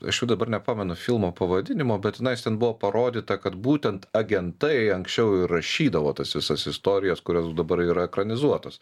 aš jau dabar nepamenu filmo pavadinimo bet tenais en buvo parodyta kad būtent agentai anksčiau ir rašydavo tas visas istorijas kurios dabar yra ekranizuotos